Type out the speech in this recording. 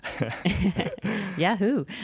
Yahoo